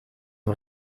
een